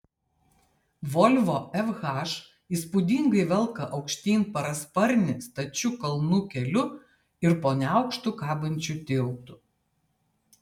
volvo fh įspūdingai velka aukštyn parasparnį stačiu kalnų keliu ir po neaukštu kabančiu tiltu